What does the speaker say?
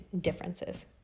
differences